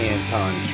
Anton